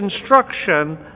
instruction